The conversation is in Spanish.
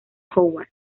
howard